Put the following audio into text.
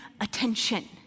attention